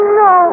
no